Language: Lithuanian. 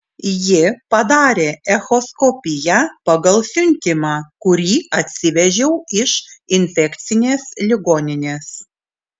ji padarė echoskopiją pagal siuntimą kurį atsivežiau iš infekcinės ligoninės